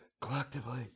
collectively